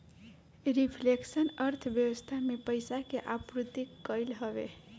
reflection अर्थव्यवस्था में पईसा के आपूर्ति कईल हवे